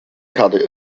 karte